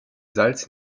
salz